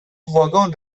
واگن